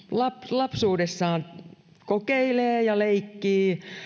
lapsuudessaan kokeilee ja leikkii